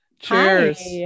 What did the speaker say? Cheers